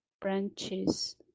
branches